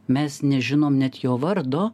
mes nežinom net jo vardo